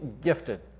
gifted